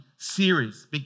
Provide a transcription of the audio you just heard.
series